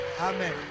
Amen